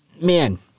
Man